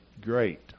great